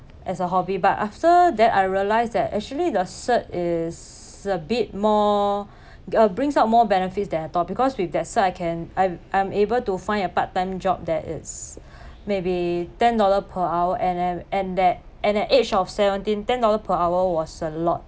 as a hobby but after that I realise that actually the cert is a bit more uh brings out more benefits than I thought because with that cert I can I'm I'm able to find a part time job that is maybe ten dollar per hour and and and that at the age of seventeen ten dollar per hour was a lot